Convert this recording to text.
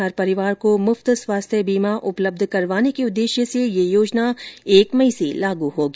हर परिवार को मुफ्त स्वास्थ्य बीमा उपलब्ध करवाने के उद्देश्य से ये योजना एक मई से लागू होगी